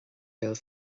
béal